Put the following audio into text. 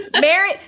Mary